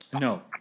No